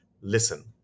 listen